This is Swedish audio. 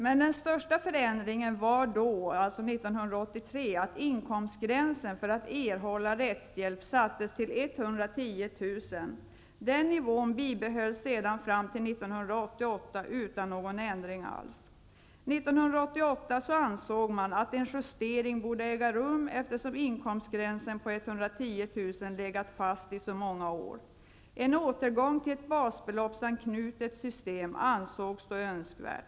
Men den största förändringen var 1983 att inkomstgränsen för att erhålla rättshjälp sattes till utan någon ändring alls. 1988 ansåg man att en justering borde äga rum, eftersom inkomstgränsen på 110 000 kr. legat fast i så många år. En återgång till ett basbeloppsanknutet system ansågs då önskvärt.